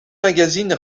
magazine